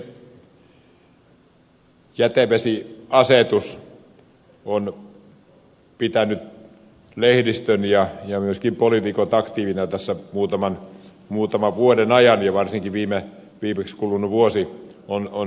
jätevesiasetus on pitänyt lehdistön ja myöskin poliitikot aktiivisina tässä muutaman vuoden ajan ja varsinkin viimeksi kulunut vuosi on sitä ollut